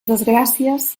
desgràcies